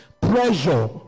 pressure